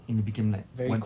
and it became like one